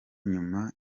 nyuma